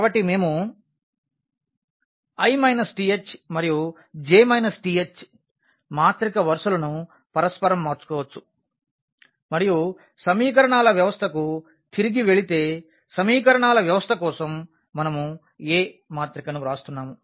కాబట్టి మేము i th మరియు j th మాత్రిక వరుసలను పరస్పరం మార్చుకోవచ్చు మరియు సమీకరణాల వ్యవస్థకు తిరిగి వెళితే సమీకరణాల వ్యవస్థ కోసం మనం Aమాత్రికను వ్రాస్తున్నాము